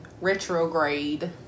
retrograde